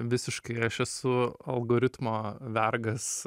visiškai aš esu algoritmo vergas